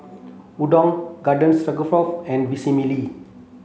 Unadon Garden Stroganoff and Vermicelli